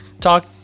talk